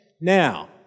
Now